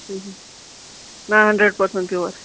نہَ hundred percent pure